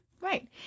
Right